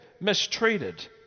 mistreated